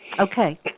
Okay